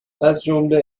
ازجمله